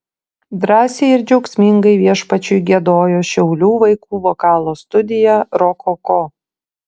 drąsiai ir džiaugsmingai viešpačiui giedojo šiaulių vaikų vokalo studija rokoko